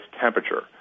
temperature